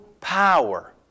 power